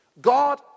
God